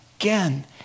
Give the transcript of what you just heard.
again